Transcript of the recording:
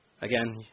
again